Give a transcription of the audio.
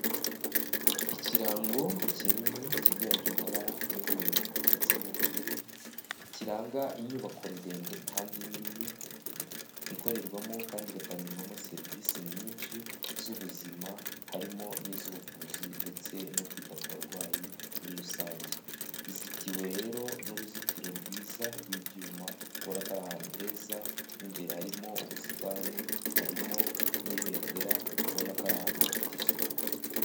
Ikirango kinini cyiganjemo amabara y'umweru ndetse n'ubururu kiranga inyubako ndende kandi nini ikorerwamo kandi igatangirwamo serivisi nyinshi z'ubuzima harimo n'iz'ubuvuzi ndetse no kwita ku barwayi muri rusange izitiwe rero n'uruzitiro rwiza rw'ibyuma ubona ko ari ahantu heza mo imbere harimo ubusitani harimo n'ibendera ubona ko ari ahantu hafite isuku.